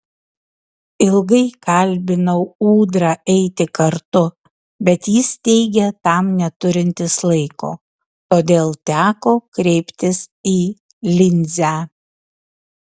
ilgai kalbinau ūdrą eiti kartu bet jis teigė tam neturintis laiko todėl teko kreiptis į linzę